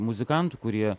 muzikantų kurie